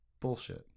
bullshit